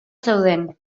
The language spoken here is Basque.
zeuden